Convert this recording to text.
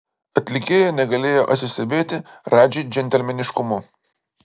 atlikėja negalėjo atsistebėti radži džentelmeniškumu